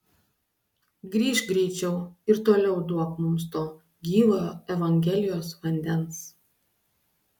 grįžk greičiau ir toliau duok mums to gyvojo evangelijos vandens